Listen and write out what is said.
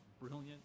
brilliant